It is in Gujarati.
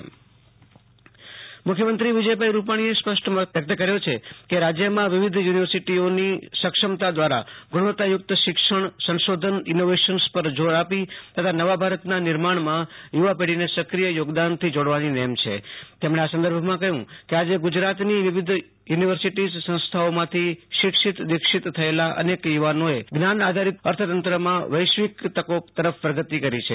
આશુ તોષ અંતાણી મુ ખ્ય મં ત્રીઃનિરમા યુ નિવર્સિટીઃ મુખ્યમંત્રીવિજયભાઈ રૂપાણીએ સ્પષ્ટ મત વ્યક્ત કર્યો છે કે રાજ્યમાં વિવિધ યુનિવર્સિટીઓની સક્ષમતા દ્વારા ગુણવત્તાયુક્ત શિક્ષણ સશોધન ઈનોવેશન્સ પર જોર આપી નયા ભારતના નિર્માણમાં યુ વા પેઢીને સક્રિય યોગદાનથી જોડવાની નેમ છે તેમણે આ સદર્ભમાં કહ્યું કે આજે ગુજરાતની વિવિધ યુનિવર્સિટીઝ સંસ્થાઓમાંથી શિક્ષિત દીક્ષિત થયેલા અનેક યુ વાનોએ જ્ઞાન આધારિત અર્થતંત્રમાં વૈશ્વિક તકો તરફ પ્રગતિ કરી છે